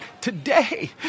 today